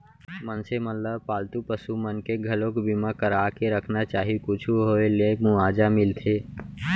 मनसे मन ल सब पालतू पसु मन के घलोक बीमा करा के रखना चाही कुछु होय ले मुवाजा मिलथे